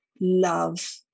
love